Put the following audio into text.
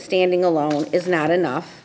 standing alone is not enough